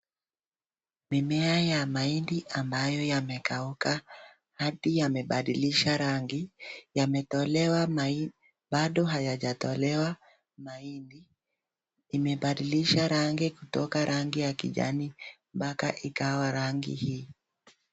Mimea ya mahindi ambayo yamekauka na hadi yamebadilisha rangi bado hayajatolewa mahindi. Imebadilisha rangi kutoka rangi ya kijani hadi rangi hii.